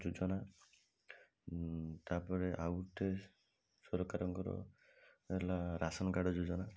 ଯୋଜନା ତା'ପରେ ଆଉ ଗୋଟେ ସରକାରଙ୍କର ହେଲା ରାସନ କାର୍ଡ଼ ଯୋଜନା